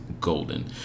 golden